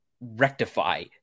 rectify